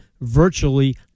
virtually